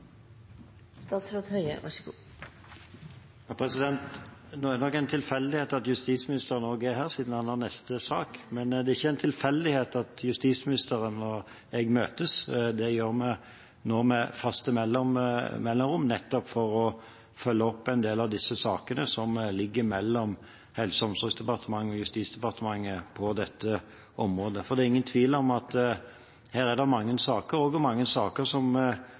her, siden han har neste sak, men det er ikke en tilfeldighet at justisministeren og jeg møtes. Det gjør vi nå med faste mellomrom, nettopp for å følge opp en del av disse sakene som ligger mellom Helse- og omsorgsdepartementet og Justis- og beredskapsdepartementet på dette området. For det er ingen tvil om at her er det mange saker – også mange saker